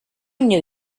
knew